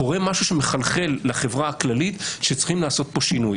קורה משהו שמחלחל לחברה הכללית וצריך לעשות כאן שינוי.